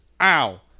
ow